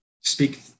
Speak